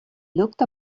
looked